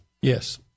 Yes